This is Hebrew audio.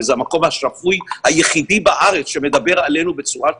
וזה המקום השפוי היחידי בארץ שמדבר עלינו בצורה שפויה,